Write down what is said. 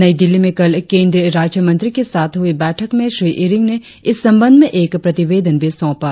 नई दिल्ली में कल केंद्रीय राज्य मंत्री के साथ हुई बैठक में श्री इरिंग ने इस संबंध में एक प्रतिवेदन भी सौंपा